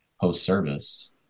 post-service